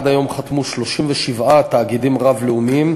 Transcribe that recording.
עד היום חתמו 37 תאגידים רב-לאומיים